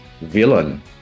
villain